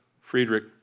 Friedrich